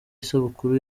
isabukuru